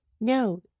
no